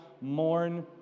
mourn